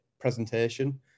presentation